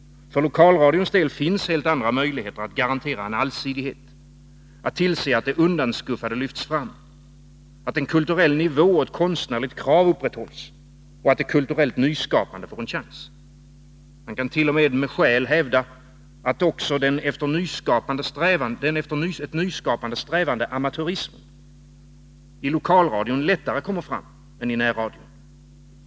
För lokalradion finns helt andra möjligheter att garantera en allsidighet, att tillse att det undanskuffade lyfts fram, att en kulturell nivå och ett konstnärligt krav, upprätthålls och att det kulturellt nyskapande får en chans. Man kan t.o.m. med skäl hävda att också den efter nyskapande strävande amatörismen lättare kommer fram i lokalradion än i närradion.